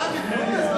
אתה מתגונן.